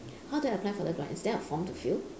how do I apply for the grant is there a form to fill